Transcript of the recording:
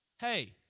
Hey